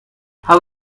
how